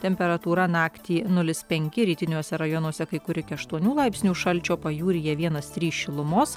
temperatūra naktį nulis penki rytiniuose rajonuose kai kur iki aštuonių laipsnių šalčio pajūryje vienas trys šilumos